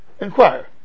inquire